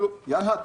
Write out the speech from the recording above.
יאללה,